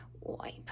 wipe